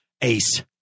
ace